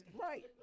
Right